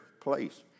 place